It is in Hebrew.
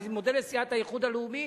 אני מודה לסיעת האיחוד הלאומי.